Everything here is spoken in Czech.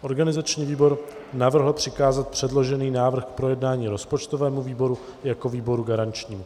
Organizační výbor navrhl přikázat předložený návrh k projednání rozpočtovému výboru jako výboru garančnímu.